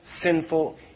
sinful